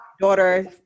daughter